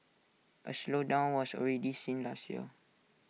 A slowdown was already seen last year